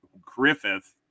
Griffith